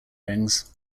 rings